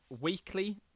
weekly